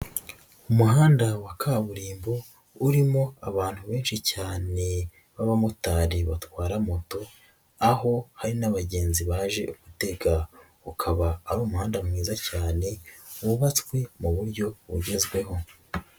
Umuhanda wa kaburimbo urimo abantu benshi cyane b'abamotari batwara moto, aho hari n'abagenzi baje gutega, ukaba ari umuhanda mwiza cyane wubatswe mu buryo bugezweho.